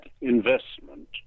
investment